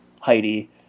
Heidi